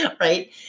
Right